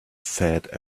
fat